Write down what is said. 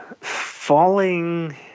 Falling